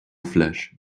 flesh